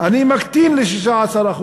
אני מקטין ל-16%,